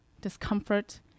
discomfort